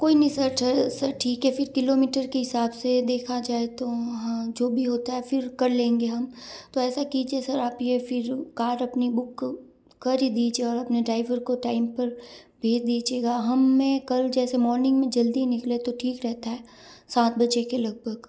कोई नहीं छः सर ठीक है फिर किलोमीटर के हिसाब से देखा जाए तो वहाँ जो भी होता है फिर कर लेंगे हम तो ऐसा कीजिए सर आप ये फिर कार अपनी बुक कर दीजिए और अपने ड्राइवर को टाइम पर भेज दीजिएगा हमें कल जैसे मॉर्निंग में जल्दी निकले तो ठीक रहता है सात बजे के लगभग